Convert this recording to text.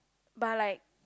but like